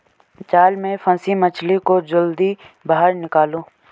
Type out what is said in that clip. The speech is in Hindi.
जाल में फसी मछली को जल्दी बाहर निकालो